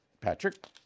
Patrick